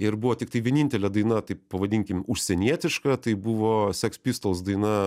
ir buvo tiktai vienintelė daina taip pavadinkim užsienietiška tai buvo seks pistols daina